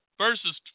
Verses